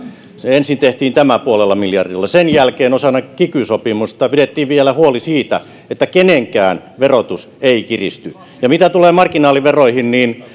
ensin tehtiin tämä puolella miljardilla sen jälkeen osana kiky sopimusta pidettiin vielä huoli siitä että kenenkään verotus ei kiristy mitä tulee marginaaliveroihin niin